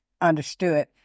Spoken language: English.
understood